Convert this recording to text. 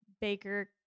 Baker